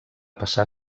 passar